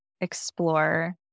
explore